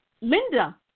Linda